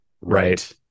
Right